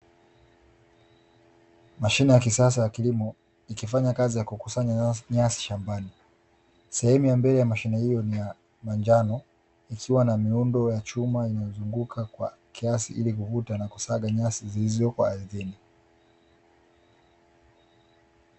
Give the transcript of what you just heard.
Mashine ya kisasa ya kilimo ikifanya kazi ya kukusanya nyasi shambani; sehemu ya mbele ya mashane ya manjano miundo ya chuma imefunguka kwa kiasi ili kuvuta na kusaga nyasi zilizoko ardhini.